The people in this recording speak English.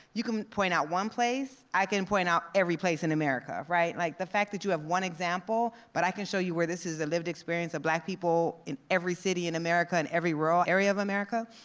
you can point out one place, i can point out every place in america, right? like the fact that you have one example but i can show you where this is a lived experience of black people in every city in america, in every rural area of america.